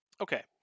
Okay